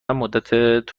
مدت